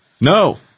No